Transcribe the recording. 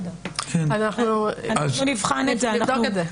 אנחנו נבחן את זה.